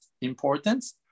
importance